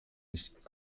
nicht